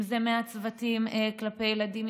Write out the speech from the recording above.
אם זה מהצוותים כלפי ילדים,